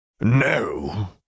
No